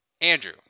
Andrew